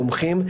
מומחים,